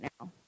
now